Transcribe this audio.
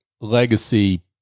legacy